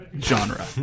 genre